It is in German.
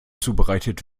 zubereitet